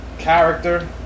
character